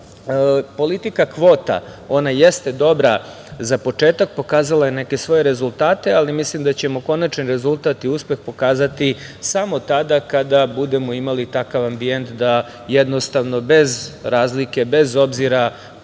politika kvota, ona jeste dobra za početak, pokazala je neke svoje rezultate, ali mislim da ćemo konačni rezultat i uspeh pokazati samo tada kada budemo imali takav ambijent da bez razlike, bez obzira ko